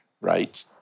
right